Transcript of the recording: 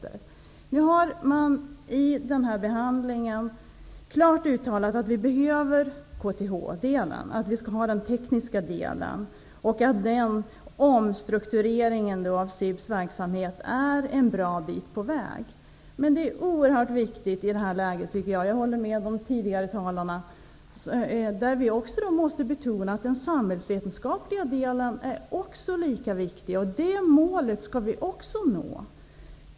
I samband med frågans behandling har klart uttalats att KTH-delen behövs, dvs. den tekniska delen, och att omstruktureringen av SIB:s verksamhet är en god bit på väg. Men jag håller med de tidigare talarna om att det i detta läge är oerhört viktigt att betona att den samhällsvetenskapliga delen är lika viktig. Det målet skall vi också nå.